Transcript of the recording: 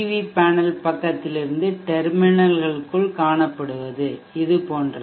we panel பக்கத்திலிருந்து டெர்மினல்களுக்குள் காணப்படுவது இது போன்றது